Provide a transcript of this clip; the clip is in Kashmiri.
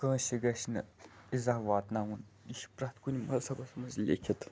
کٲنٛسہِ گَژھہِ نہٕ ایٖزاہ واتناوُن یہِ چھُ پرٛیٚتھ کُنہِ مذہبَس منٛز لیٚکھِتھ